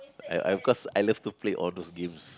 I I cause I love to play all those games